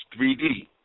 3D